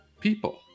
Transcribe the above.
people